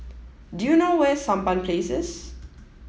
do you know where is Sampan Places